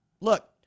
Look